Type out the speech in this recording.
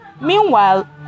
Meanwhile